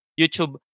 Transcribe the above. YouTube